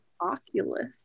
Oculus